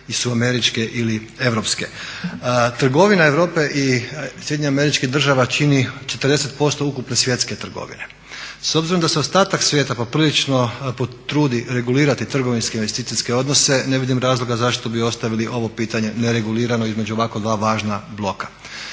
su američke ili europske. Trgovina Europe i Sjedinjenih Američkih Država čini 40% ukupne svjetske trgovine. S obzirom da se ostatak svijeta poprilično potrudi regulirati trgovinske investicijske odnose ne vidim razloga zašto bi ostavili ovo pitanje ne regulirano između ovako dva važna bloka.